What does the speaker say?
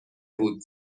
بود